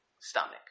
stomach